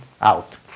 Out